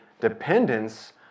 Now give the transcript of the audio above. dependence